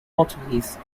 portuguese